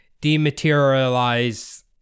dematerialize